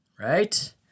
right